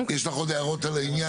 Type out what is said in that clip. יש לך עוד הערות על העניין?